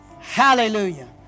Hallelujah